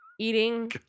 Eating